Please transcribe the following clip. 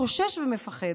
חושש ומפחד.